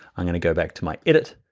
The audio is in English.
i'm gonna go back to my edit,